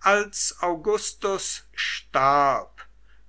als augustus starb